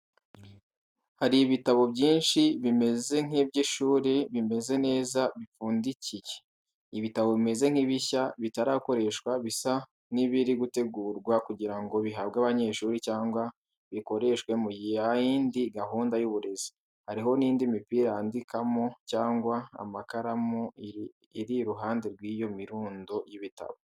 Hari ibitabo byinshi bimeze nk’iby’ishuri bimeze neza bipfundikiye. Ibitabo bimeze nk’ibishya bitarakoreshwa bisa n’ibiri gutegurwa kugira ngo bihabwe abanyeshuri cyangwa bikoreshwe mu yindi gahunda y’uburezi. Hariho n’indi mipira yandikamo cyangwa amakaramu iri iruhande rw’iyo mirundo y’ibitabo.